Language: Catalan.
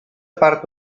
part